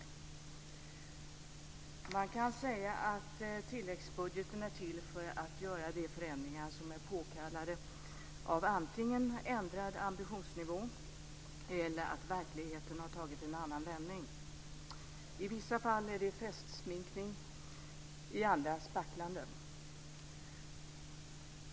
Man kan säga att tilläggsbudgeten är till för att göra de förändringar som är påkallade av antingen ändrad ambitionsnivå eller att verkligheten har tagit en annan vändning. I vissa fall är det festsminkning, i andra spacklande.